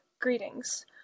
greetings